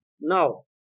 Now